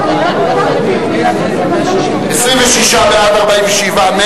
נא להצביע בהצבעה אלקטרונית על הסתייגות מרצ בעמוד 159,